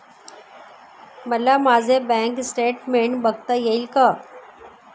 मला माझे bank statement बघता येईल का?